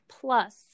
plus